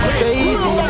baby